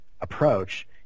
approach